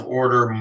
order